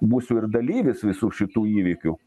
būsiu ir dalyvis visų šitų įvykių